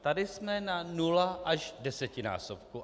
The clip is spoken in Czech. Tady jsme na nula až desetinásobku.